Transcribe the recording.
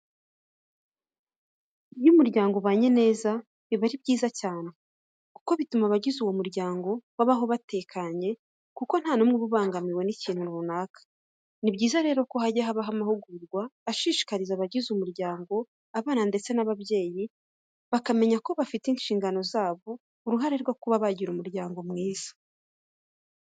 Iyo umuryango ubanye neza biba ari byiza cyane kuko bituma abagize uwo muryango babaho batekanye kuko nta n'umwe uba ubangamiwe n'ikintu runaka. Ni byiza rero ko hajya habaho amahugurwa ashishikariza abagize umuryango, abana ndetse n'ababyeyi bakamenya ko bafite mu nshingano zabo uruhare rwo kuba bagira umuryango mwiza.